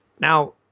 Now